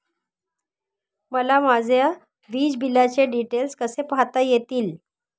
मला माझ्या वीजबिलाचे डिटेल्स कसे पाहता येतील?